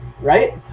Right